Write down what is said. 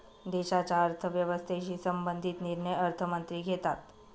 देशाच्या अर्थव्यवस्थेशी संबंधित निर्णय अर्थमंत्री घेतात